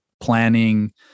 planning